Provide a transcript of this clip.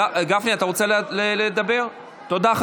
תודה.